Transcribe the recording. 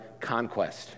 conquest